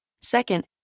Second